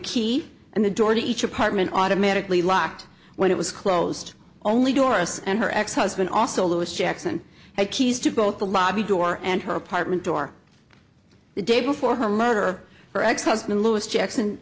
key and the door to each apartment automatically locked when it was closed only doris and her ex husband also louis jackson had keys to both the lobby door and her apartment door the day before her murder her ex husband louis jackson